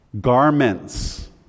Garments